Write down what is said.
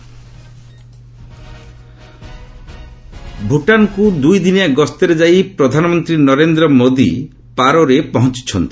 PM Bhutan ଭୁଟାନ୍କୁ ଦୁଇ ଦିନିଆ ଗସ୍ତରେ ଯାଇ ପ୍ରଧାନମନ୍ତ୍ରୀ ନରେନ୍ଦ୍ର ମୋଦି ପାରୋରେ ପହଞ୍ଚୁଛନ୍ତି